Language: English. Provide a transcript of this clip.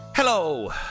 Hello